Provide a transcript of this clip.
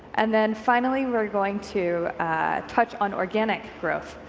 and then finally we're going to touch on organic growth,